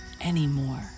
anymore